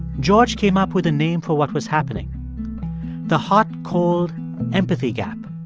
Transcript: george came up with a name for what was happening the hot-cold empathy gap